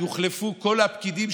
יוחלפו כל הפקידים,